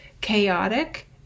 chaotic